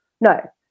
No